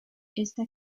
esta